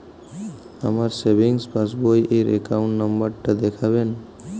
আমার savings passbook র account number টা দেখাবেন?